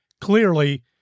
Clearly